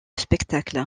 spectacle